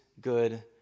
good